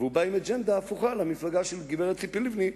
והוא בא עם אג'נדה הפוכה למפלגה של הגברת ציפי לבני,